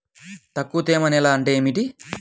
తక్కువ తేమ నేల అంటే ఏమిటి?